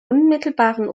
unmittelbaren